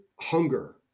hunger